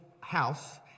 house